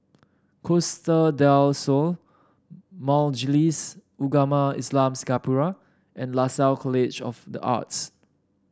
Costa Del Sol Majlis Ugama Islam Singapura and Lasalle College of the Arts